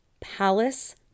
palace